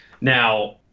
Now